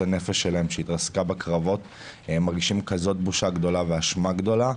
הנפש שלהם שהתרסקה בקרבות מרגישים כזאת בושה גדולה ואשמה גדולה.